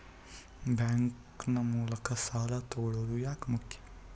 Bank ನ ಮೂಲಕ ಸಾಲ ತಗೊಳ್ಳೋದು ಯಾಕ ಮುಖ್ಯ?